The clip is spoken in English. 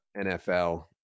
NFL